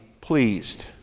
pleased